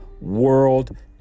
world